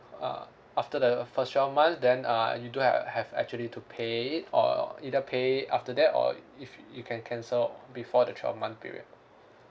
uh after the first twelve months then uh you do have have actually to pay it or either pay it after that or if you can cancel before the twelve month period